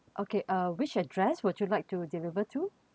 okay uh which address would you like to deliver to